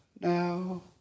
Now